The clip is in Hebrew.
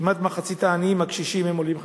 כמעט מחצית מהעניים הקשישים הם עולים חדשים,